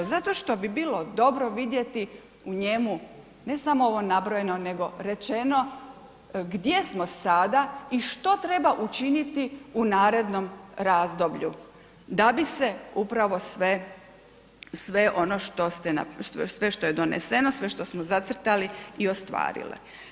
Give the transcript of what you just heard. Zato što bi bilo dobro vidjeti u njemu, ne samo ovo nabrojeno nego rečeno gdje smo sada i što treba učiniti u narednom razdoblju da bi se upravo sve, sve ono što ste, sve što doneseno, sve što smo zacrtali i ostvarile.